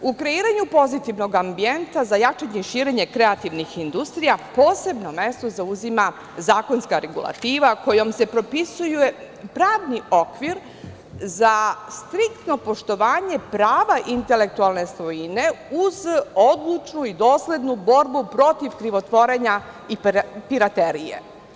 U kreiranju pozitivnog ambijenta za jačanje i širenje kreativnih industrija posebno mesto zauzima zakonska regulativa kojom se propisuje pravni okvir za striktno poštovanje prava intelektualne svojine uz odlučnu i doslednu borbu protiv krivotvorenja i piraterije.